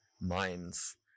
minds